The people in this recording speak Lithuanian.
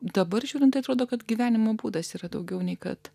dabar žiūrint atrodo kad gyvenimo būdas yra daugiau nei kad